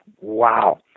Wow